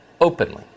openly